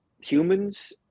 humans